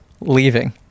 leaving